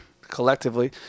collectively